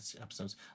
episodes